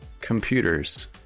Computers